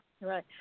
right